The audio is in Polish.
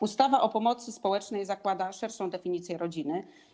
Ustawa o pomocy społecznej zakłada szerszą definicję rodziny.